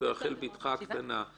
להתייחס ברחל בתך הקטנה.